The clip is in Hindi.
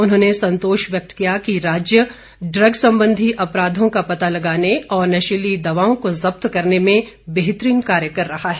उन्होंने संतोष व्यक्त किया कि राज्य ड्रग संबंधी अपराधों का पता लगाने और नशीली दवाओं को जब्त करने में बेहतरीन कार्य कर रहा है